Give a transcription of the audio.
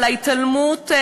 אבל ההתעלמות,